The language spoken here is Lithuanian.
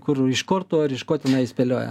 kur iš kortų ar iš ko tenai spėlioja